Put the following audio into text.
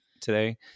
today